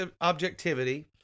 objectivity—